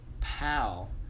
pal